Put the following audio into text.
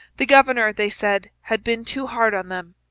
the governor, they said, had been too hard on them.